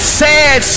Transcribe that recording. sad